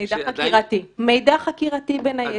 מידע חקירתי, בין היתר.